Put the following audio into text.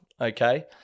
okay